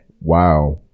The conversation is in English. Wow